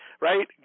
right